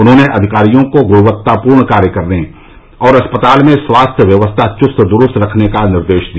उन्होंने अधिकारियों को गृणक्तापूर्ण कार्य कराने और अस्पताल में स्वास्थ्य व्यवस्था चुस्त द्रुस्त रखने का निर्देश दिया